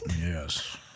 Yes